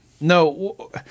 No